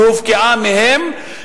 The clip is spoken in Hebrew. שהופקעה מהם,